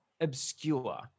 obscure